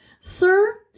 Sir